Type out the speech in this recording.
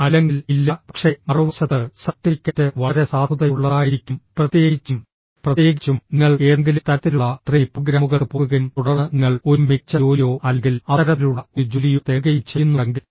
അല്ലെങ്കിൽ ഇല്ല പക്ഷേ മറുവശത്ത് സർട്ടിഫിക്കറ്റ് വളരെ സാധുതയുള്ളതായിരിക്കും പ്രത്യേകിച്ചും പ്രത്യേകിച്ചും നിങ്ങൾ ഏതെങ്കിലും തരത്തിലുള്ള ട്രെയിനി പ്രോഗ്രാമുകൾക്ക് പോകുകയും തുടർന്ന് നിങ്ങൾ ഒരു മികച്ച ജോലിയോ അല്ലെങ്കിൽ അത്തരത്തിലുള്ള ഒരു ജോലിയോ തേടുകയും ചെയ്യുന്നുണ്ടെങ്കിൽ